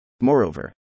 Moreover